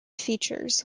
features